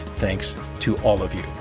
thanks to all of you.